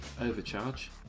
overcharge